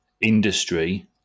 industry